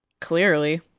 Clearly